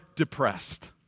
depressed